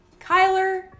Kyler